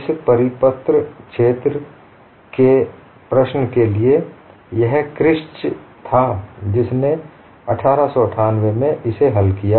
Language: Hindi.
इस परिपत्र छेद के प्रश्न के लिए यह किर्स्च Kirschs था जिसने 1898 में इसे हल किया